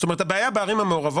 זאת אומרת, הבעיה בערים המעורבות